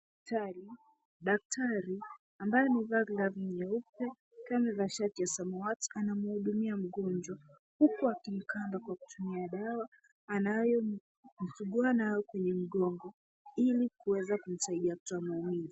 Hospitali, daktari ambaye amevaa glovu nyeupe akiwa amevaa shati ya samawati anamuhudumia mgonjwa, huku akimkanda kwa kutumia dawa anayomsugua nayo kwenye mgongo, ili kuweza kumsaidia kutoa maumivu.